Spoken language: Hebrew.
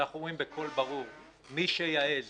ואנחנו אומרים בקול ברור: מי שיעז